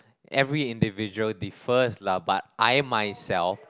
every individual differs lah but I myself